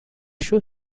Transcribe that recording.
show